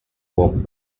walked